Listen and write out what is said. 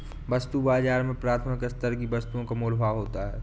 वस्तु बाजार में प्राथमिक स्तर की वस्तुओं का मोल भाव होता है